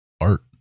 art